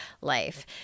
life